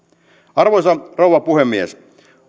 arvoisa rouva puhemies olen